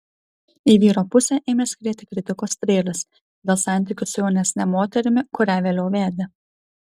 į vyro pusę ėmė skrieti kritikos strėlės dėl santykių su jaunesne moterimi kurią vėliau vedė